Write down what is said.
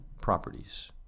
properties